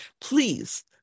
please